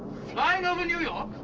flying over new york?